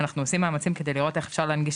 אנחנו עושים מאמצים כדי לראות איך אפשר להנגיש